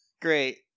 Great